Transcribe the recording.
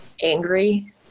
Angry